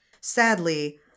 Sadly